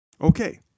okay